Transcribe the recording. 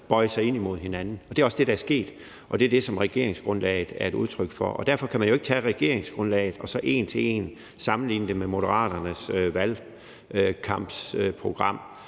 bøje sig ind imod hinanden. Det er også det, der er sket, og det er det, som regeringsgrundlaget er et udtryk for. Og derfor kan man jo ikke tage regeringsgrundlaget og så en til en sammenligne det med Moderaternes valgprogram.